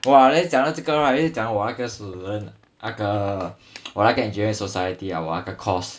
!wah! then 讲到这个 right 一定讲我那个死人我那个 engineering society ah 我那个 course